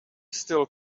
still